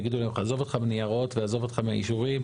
יגידו להם עזוב אותך מניירות ועזוב אותך מאישורים.